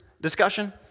discussion